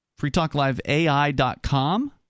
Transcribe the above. freetalkliveai.com